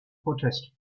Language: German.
protest